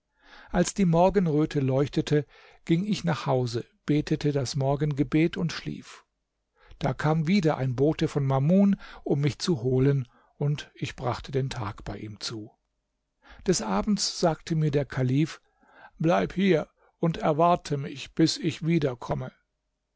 als die morgenröte leuchtete ging ich nach hause betete das morgengebet und schlief da kam wieder ein bote von mamun um mich zu holen und ich brachte den tag bei ihm zu des abends sagte mir der kalif bleib hier und erwarte mich bis ich wiederkomme